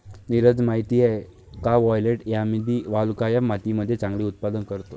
नीरज माहित आहे का वायलेट यामी वालुकामय मातीमध्ये चांगले उत्पादन करतो?